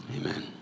Amen